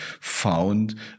found